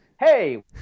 hey